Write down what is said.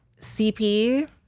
CP